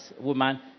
woman